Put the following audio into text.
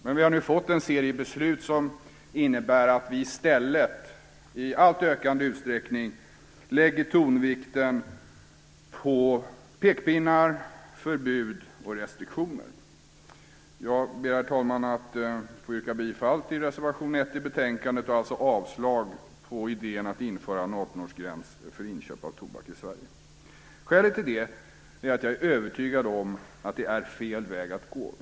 Men vi har nu fått en serie beslut som innebär att vi i stället i ökad utsträckning lägger tonvikten på pekpinnar, förbud och restriktioner. Jag ber, herr talman, att få yrka bifall till reservation 1 till betänkandet och alltså avslag på idén att införa en 18-årsgräns för inköp av tobak i Sverige. Skälet till det är att jag är övertygad om att det är fel väg att gå.